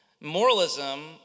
Moralism